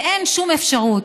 ואין שום אפשרות.